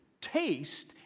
taste